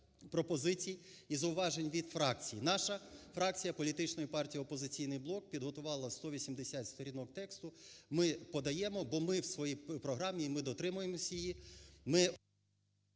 пропозицій і зауважень від фракцій. Наша фракція Політичної партії "Опозиційний блок" підготувала 180 сторінок тексту. Ми подаємо, бо ми у своїй програмі, і ми дотримуємося її,